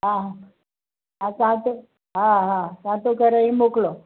હા આ કાંટો હા હા કાંટો કરે છે એ મોકલો